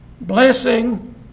blessing